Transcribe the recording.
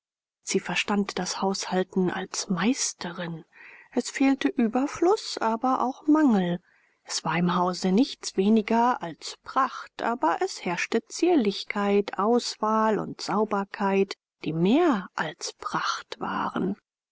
sie verstand das haushalten als meisterin es fehlte überfluß aber auch mangel es war im hause nichts weniger als pracht aber es herrschte zierlichkeit auswahl und sauberkeit die mehr als pracht waren